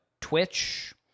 Twitch